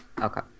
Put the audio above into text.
Okay